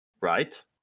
right